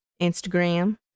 instagram